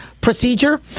procedure